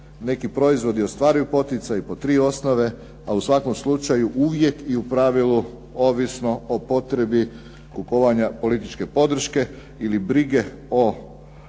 neki proizvodi ostvaruju poticaj po tri osnove, a u svakom slučaju uvijek i u pravilu ovisno o potrebi kupovanja političke ili brige o